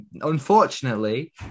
unfortunately